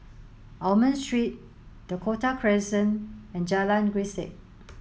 Almond Street Dakota Crescent and Jalan Grisek